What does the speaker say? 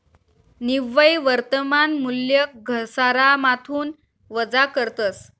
निव्वय वर्तमान मूल्य घसारामाथून वजा करतस